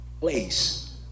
place